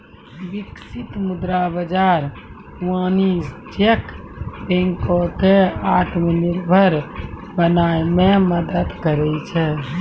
बिकसित मुद्रा बाजार वाणिज्यक बैंको क आत्मनिर्भर बनाय म मदद करै छै